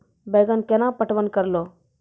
बैंगन केना पटवन करऽ लो?